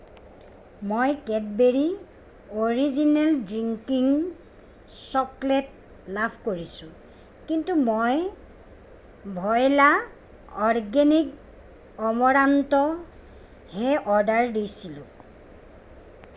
মই Cadbury original drinking chocolate love কৰিছোঁ কিন্তু মই ভইলা অৰ্গেনিক অমৰান্তহে অৰ্ডাৰ দিছিলোঁ